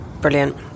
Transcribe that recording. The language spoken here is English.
Brilliant